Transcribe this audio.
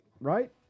Right